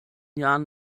jahren